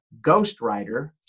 ghostwriter